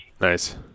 Nice